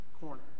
corner